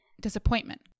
disappointment